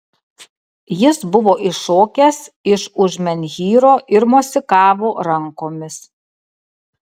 jis buvo iššokęs iš už menhyro ir mosikavo rankomis